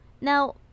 Now